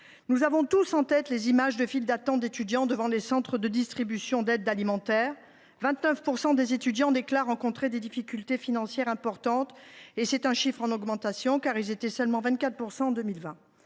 Nous avons tous en tête les images des files d’attente d’étudiants devant les centres de distribution d’aide alimentaire. En effet, 29 % des étudiants déclarent rencontrer des difficultés financières importantes. Ce chiffre est en augmentation, car ils étaient seulement 24 % en 2020.